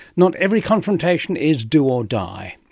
not every confrontation is do or die,